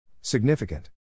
Significant